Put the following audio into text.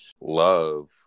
love